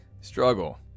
struggle